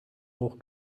hoch